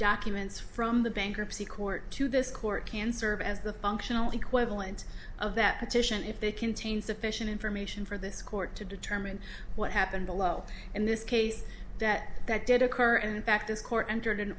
documents from the bankruptcy court to this court can serve as the functional equivalent of that petition if they contain sufficient information for this court to determine what happened below in this case that that did occur and in fact this court entered